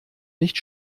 nicht